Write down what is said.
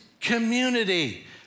community